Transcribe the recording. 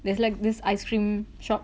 there's like this ice cream shop